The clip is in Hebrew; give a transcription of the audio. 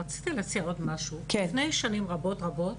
רציתי להוסיף משהו, לפני שנים רבות רבות,